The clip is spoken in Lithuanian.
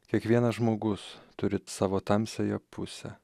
kiekvienas žmogus turi savo tamsiąją pusę